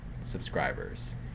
subscribers